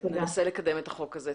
ננסה לקדם את החוק הזה.